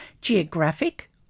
geographic